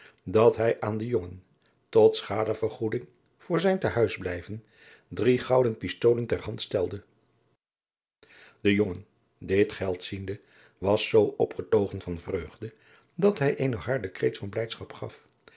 dat hij aan den jongen tot schadevergoeding voor zijn te huis blijven drie gouden pistolen ter hand stelde de jongen dit geld ziende was zoo opgetogen van vreugde dat hij een harden kreet van blijdschap gaf